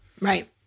Right